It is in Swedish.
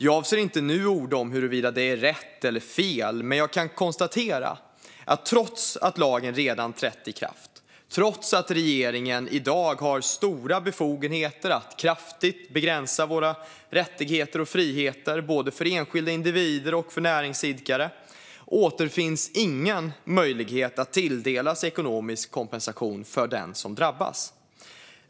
Jag avser inte att nu orda om huruvida det är rätt eller fel, men jag kan konstatera att trots att lagen redan trätt i kraft och trots att regeringen i dag har stora befogenheter att kraftigt begränsa våra rättigheter och friheter, både för enskilda individer och för näringsidkare, återfinns ingen möjlighet att tilldelas ekonomisk kompensation för den som drabbas.